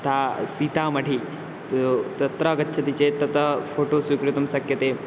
तथा सीतामठि तु तत्र गच्छति चेत् ततः फ़ोटो स्वीकर्तुं शक्यते